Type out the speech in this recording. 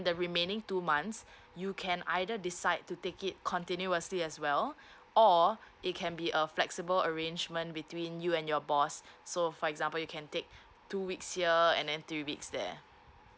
the remaining two months you can either decide to take it continuously as well or it can be a flexible arrangement between you and your boss so for example you can take two weeks here and then three weeks there